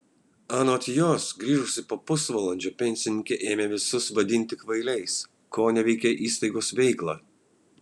anot jos grįžusi po pusvalandžio pensininkė ėmė visus vadinti kvailiais koneveikė įstaigos veiklą